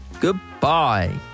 Goodbye